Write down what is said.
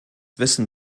wissen